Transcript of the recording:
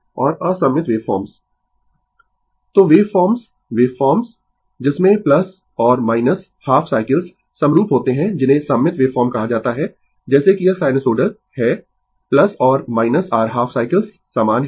Refer Slide Time 0858 तो wave forms wave forms जिसमें और हाफ साइकल्स समरूप होते है जिन्हें सममित वेवफॉर्म कहा जाता है जैसे कि यह साइनसोइडल है और r हाफ साइकल्स समान है